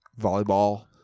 volleyball